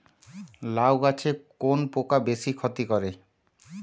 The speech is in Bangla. লাউ গাছে কোন পোকা বেশি ক্ষতি করে?